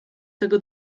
tego